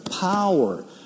power